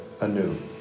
anew